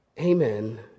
Amen